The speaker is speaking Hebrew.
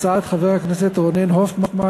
הצעת חבר הכנסת רונן הופמן,